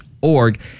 org